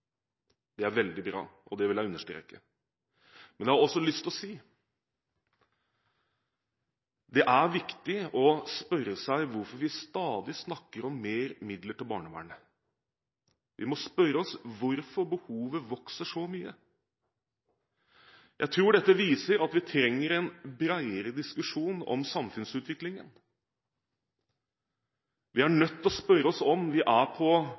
og det vil jeg understreke. Men jeg har også lyst til å si at det er viktig å spørre seg hvorfor vi stadig snakker om mer midler til barnevernet. Vi må spørre oss hvorfor behovet vokser så mye. Jeg tror dette viser at vi trenger en bredere diskusjon om samfunnsutviklingen. Vi er nødt til å spørre oss om vi er på